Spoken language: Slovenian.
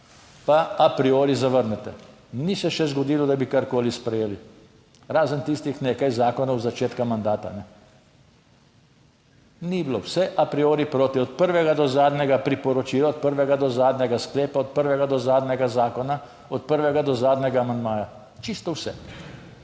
pa a priori zavrnete. Ni se še zgodilo, da bi karkoli sprejeli, razen tistih nekaj zakonov od začetka mandata. Ni bilo, vse a priori proti od prvega do zadnjega priporočila, od prvega do zadnjega sklepa, od prvega do zadnjega zakona, od prvega do zadnjega amandmaja. Čisto vse.